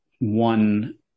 one